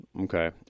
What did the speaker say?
Okay